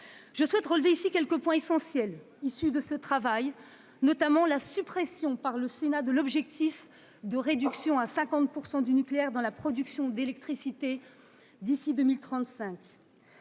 Je souhaite relever quelques apports essentiels issus de leurs travaux, notamment la suppression par le Sénat de l'objectif de réduction à 50 % de la part du nucléaire dans la production d'électricité d'ici à 2035.